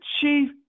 chief